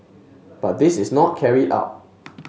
but this is not carried out